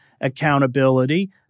accountability